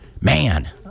man